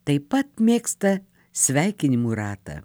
taip pat mėgsta sveikinimų ratą